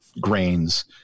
grains